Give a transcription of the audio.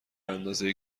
اندازه